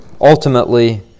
ultimately